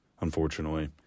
unfortunately